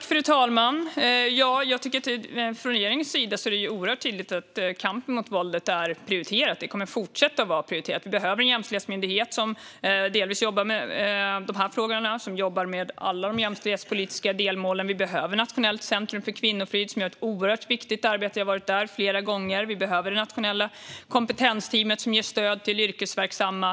Fru talman! Kampen mot våldet är prioriterat av regeringen och kommer att fortsätta att vara det. Vi behöver en jämställdhetsmyndighet som delvis jobbar med dessa frågor och med alla de jämställdhetspolitiska delmålen. Vi behöver Nationellt centrum för kvinnofrid. Man gör ett oerhört viktigt arbete, och jag har varit där flera gånger. Vi behöver Nationella kompetensteamet, som ger stöd till yrkesverksamma.